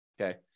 Okay